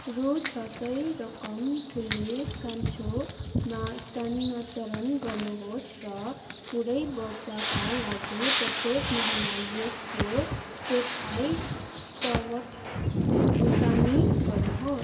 रु छ सय रकम ठुले कान्छोमा स्थानान्तरण गर्नुहोस् र पुरै वर्षका लागि प्रत्येक महिना यसको चौथाइ स्वत भुक्तानी गर्नुहोस्